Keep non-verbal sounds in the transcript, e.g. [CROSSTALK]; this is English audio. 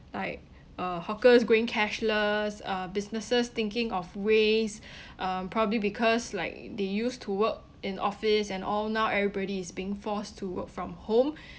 like uh hawkers going cashless uh businesses thinking of ways uh probably because like they used to work in office and all now everybody is being forced to work from home [BREATH]